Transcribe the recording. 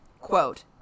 quote